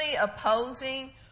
opposing